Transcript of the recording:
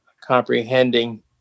comprehending